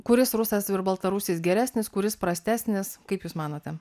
kuris rusas baltarusis geresnis kuris prastesnis kaip jūs manote